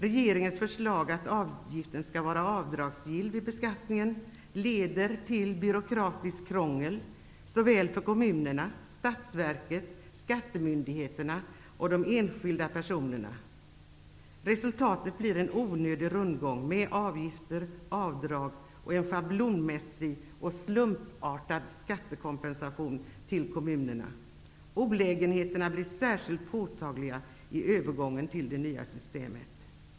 Regeringens förslag, att avgiften skall vara avdragsgill vid beskattningen, leder till byråkratiskt krångel såväl för kommunerna, Statsverket och skattemyndigheterna som för de enskilda personerna. Resultatet blir en onödig rundgång med avgifter, avdrag och en schablonmässig och slumpartad skattekompensation till kommunerna. Olägenheterna blir särskilt påtagliga vid övergången till det nya systemet.